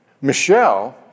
Michelle